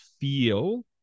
feel